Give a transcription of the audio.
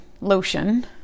Lotion